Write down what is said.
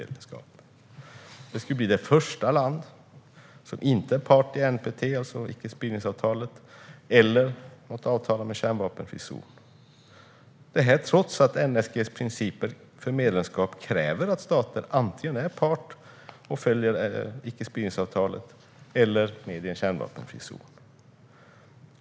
Det skulle då bli det första medlemsland som inte är part i NPT, det vill säga icke-spridningsavtalet, eller något avtal om en kärnvapenfri zon - detta trots att NSG:s principer för medlemskap kräver att stater antingen är part i och följer icke-spridningsavtalet eller är part i en kärnvapenfri zon.